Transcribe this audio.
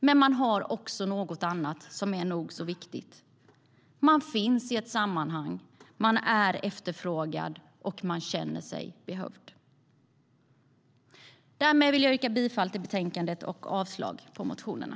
Men man har också något annat som är nog så viktigt, nämligen att man finns i ett sammanhang, är efterfrågad och känner sig behövd. Därmed yrkar jag bifall till förslaget i betänkandet och avslag på motionerna.